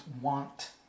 want